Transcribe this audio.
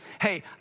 hey